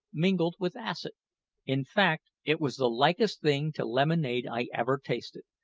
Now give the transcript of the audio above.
mingled with acid in fact, it was the likest thing to lemonade i ever tasted,